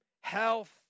health